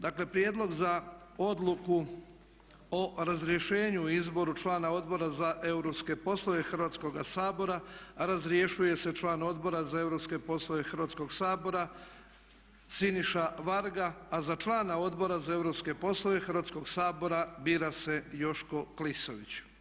Dakle, Prijedlog za odluku o razrješenju i izboru člana Odbora za europske poslove Hrvatskoga sabora razrješuje se član Odbora za europske poslove Hrvatskog sabora Siniša Varga, a za člana Odbora za europske poslove Hrvatskog sabora bira se Joško Klisović.